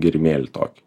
gėrimėlį tokį